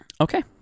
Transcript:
Okay